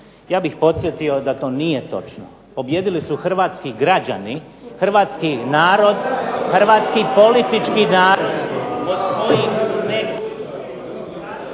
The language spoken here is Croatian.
Ja bih podsjetio da to nije točno. Pobijedili su hrvatski građani, hrvatski narod, hrvatski politički narod